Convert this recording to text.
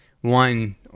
one